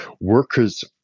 worker's